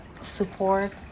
support